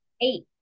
eight